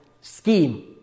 scheme